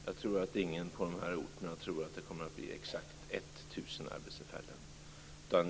Fru talman! Jag tror inte att någon på de här orterna tror att det kommer att bli exakt 1 000 arbetstillfällen.